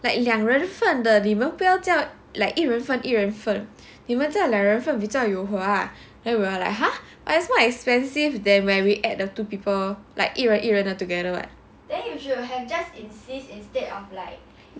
like 两人份的你们不要叫 like 一人份一人份你们叫两人份比较有划 then we were like !huh! but it's more expensive when we add the two people like 一人一人 together